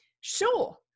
Sure